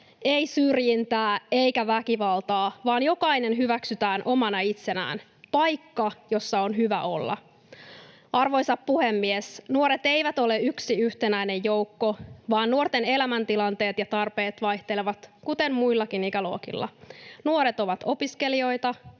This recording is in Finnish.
ei syrjintää eikä väkivaltaa vaan jokainen hyväksytään omana itsenään — paikka, jossa on hyvä olla. Arvoisa puhemies! Nuoret eivät ole yksi yhtenäinen joukko, vaan nuorten elämäntilanteet ja tarpeet vaihtelevat, kuten muillakin ikäluokilla. Nuoret ovat opiskelijoita,